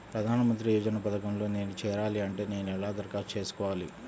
ప్రధాన మంత్రి యోజన పథకంలో నేను చేరాలి అంటే నేను ఎలా దరఖాస్తు చేసుకోవాలి?